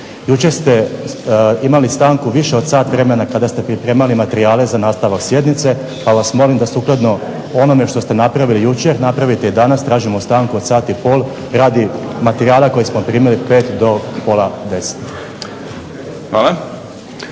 Jučer ste imali stanku više od sat vremena kada ste pripremali materijale za nastavak sjednice, pa vas molim da sukladno onome što ste napravili jučer napravite i danas. Tražimo stanku od sat i pol radi materijala koji smo primili 5 do pola 10.